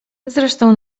zresztą